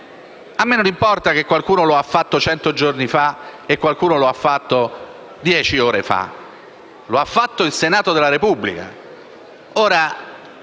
Non mi importa che qualcuno l'abbia fatto cento giorni fa e qualcun altro dieci ore fa: lo ha fatto il Senato della Repubblica.